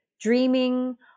dreaming